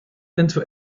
into